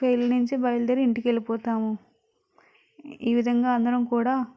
పెళ్ళి నుంచి బయలుదేరి ఇంటికి వెళ్ళి పోతాము ఈ విధంగా అందరు కూడా